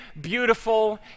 beautiful